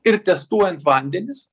ir testuojant vandenis